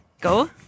Go